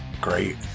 Great